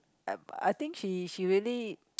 I think she she really